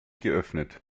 geöffnet